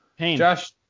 Josh